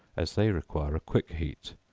as they require a quick heat,